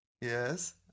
Yes